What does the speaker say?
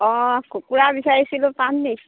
অঁ কুকুৰা বিচাৰিছিলোঁ পাম নেকি